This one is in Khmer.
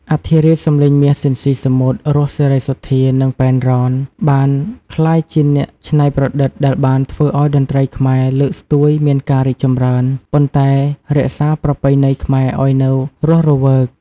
អធិរាជសំឡេងមាស ស៊ីន ស៊ីសាមុត, រស់ សេរីសុទ្ធា និងប៉ែន រ៉ន បានក្លាយជាអ្នកច្នៃប្រឌិត ដែលបានធ្វើឲ្យតន្ត្រីខ្មែរ លើកស្ទួយមានការរីចម្រើន ប៉ុន្តែរក្សាប្រពៃណីខ្មែរឲ្យនៅរស់រវើក។